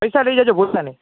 પૈસા લઈ જજો ભૂલતા નય